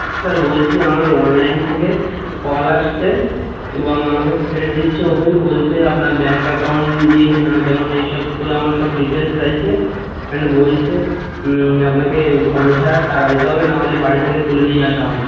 হ্যাঁ স্যার বলছি আমার অনলাইন থেকে কল আসছে এবং আমাকে থ্রেট দিচ্ছে ওপেন বলছে আপনার ব্যাঙ্ক অ্যাকাউন্ট দিন হ্যানো ত্যানো এই সব করে আমার সব ডিটেইলস চাইছে এন্ড বলছে আপনাকে পঞ্চাশ হাজার টাকা দিতে হবে নাহলে বাড়ি থেকে তুলে নিয়ে আসা হবে